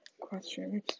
questions